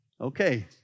Okay